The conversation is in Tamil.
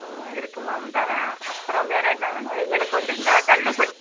ஆ இருக்குது மேம் தரேன் அப்புறம் வேறு என்ன வேணும் எங்களுக்கு வந்து இங்கே தள்ளுபடி